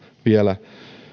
vielä